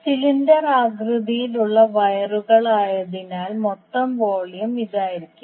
cylinder ആകൃതിയിലുള്ള വയറുകളായതിനാൽ മൊത്തം വോളിയം ഇതായിരിക്കും